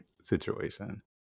situation